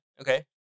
Okay